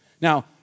Now